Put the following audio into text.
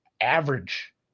average